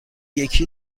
یکی